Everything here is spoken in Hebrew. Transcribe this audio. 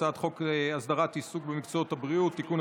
הצעת חוק הסדרת העיסוק במקצועות הבריאות (תיקון,